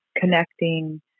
connecting